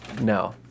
No